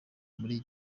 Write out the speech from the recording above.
muri